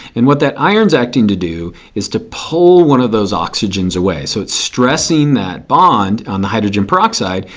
and what that iron is acting to do is to pull one of those oxygens away. so it's stressing that bond on the hydrogen peroxide.